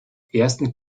ersten